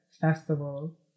festival